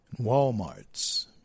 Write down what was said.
Walmarts